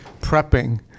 prepping